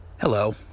Hello